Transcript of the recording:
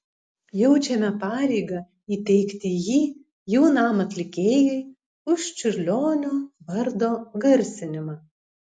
jaučiame pareigą įteikti jį jaunam atlikėjui už čiurlionio vardo garsinimą